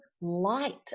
light